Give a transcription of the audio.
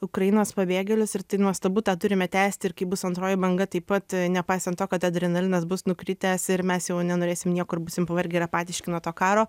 ukrainos pabėgėlius ir tai nuostabu tą turime tęsti ir kai bus antroji banga taip pat nepaisant to kad adrenalinas bus nukritęs ir mes jau nenorėsim nieko ir būsim pavargę ir apatiški nuo to karo